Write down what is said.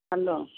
hello